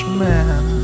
man